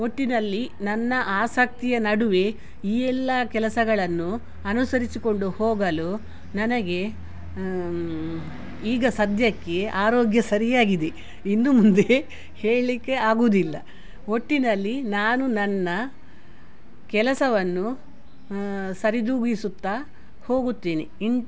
ಒಟ್ಟಿನಲ್ಲಿ ನನ್ನ ಆಸಕ್ತಿಯ ನಡುವೆ ಈ ಎಲ್ಲ ಕೆಲಸಗಳನ್ನು ಅನುಸರಿಸಿಕೊಂಡು ಹೋಗಲು ನನಗೆ ಈಗ ಸದ್ಯಕ್ಕೆ ಆರೋಗ್ಯ ಸರಿಯಾಗಿದೆ ಇನ್ನು ಮುಂದೆ ಹೇಳ್ಲಿಕ್ಕೆ ಆಗುವುದಿಲ್ಲ ಒಟ್ಟಿನಲ್ಲಿ ನಾನು ನನ್ನ ಕೆಲಸವನ್ನು ಸರಿದೂಗಿಸುತ್ತ ಹೋಗುತ್ತೇನೆ ಇಂ